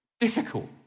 Difficult